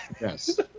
Yes